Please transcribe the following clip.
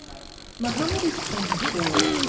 mohammed is twenty four.